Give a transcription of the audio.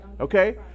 Okay